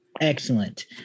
excellent